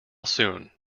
soon